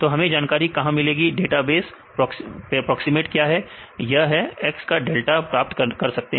तो हमें जानकारी कहां मिलेगी डेटाबेस प्रॉक्सिमेट क्या है हम यह x का डेल्टा प्राप्त कर सकते हैं